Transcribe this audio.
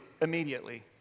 immediately